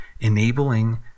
enabling